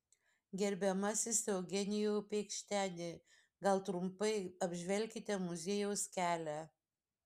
gerbiamasis eugenijau peikšteni gal trumpai apžvelkite muziejaus kelią